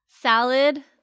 salad